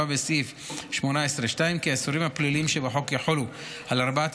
בסעיף 18(2) כי האיסורים הפליליים שבחוק יחולו על ארבעת